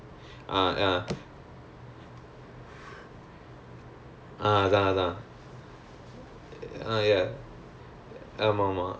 ya it's very useful because you learn a lot of things like err contract because in life you need to sign a lot of contract right வேலை போறதே ஒரு:velai porathe oru contract ya so the clauses what they mean